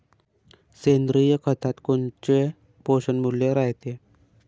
सेंद्रिय खतात कोनचे पोषनमूल्य रायते?